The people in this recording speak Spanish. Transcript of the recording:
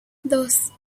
dos